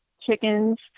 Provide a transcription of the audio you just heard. chickens